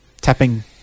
Tapping